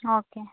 okay